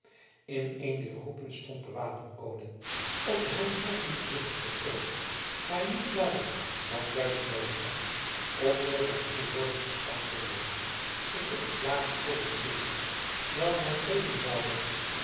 in een dier groepen stond de wapenkoning op den hem eigen gewichtigen toon doch niet luider dan juist noodig was om door zijn toehoorders verstaan te worden zich te beklagen over de moeite welke het geven zoude